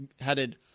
headed